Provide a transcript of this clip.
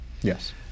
Yes